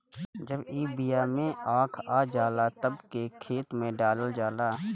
जब ई बिया में आँख आ जाला तब एके खेते में डालल जाला